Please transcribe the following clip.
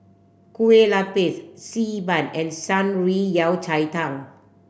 Kueh Lupis Xi Ban and Shan Rui Yao Cai Tang